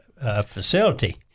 facility